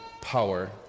power